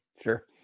Sure